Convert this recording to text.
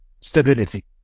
stability